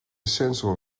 sensor